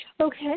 Okay